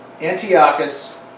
Antiochus